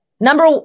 Number